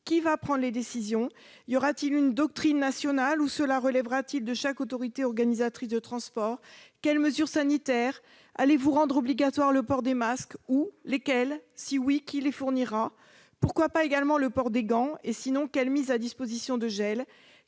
Qui va prendre les décisions ? Y aura-t-il une doctrine nationale ou cela relèvera-t-il de chaque autorité organisatrice de transport ? Quelles seront les mesures sanitaires ? Allez-vous rendre obligatoire le port des masques ? Où ? Lesquels ? Et si oui, qui les fournira ? Pourquoi pas également le port des gants ? Et sinon, comment est prévue la mise à disposition de gel